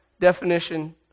definition